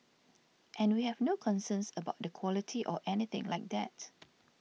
and we have no concerns about the quality or anything like that